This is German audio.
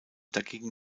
dagegen